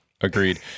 Agreed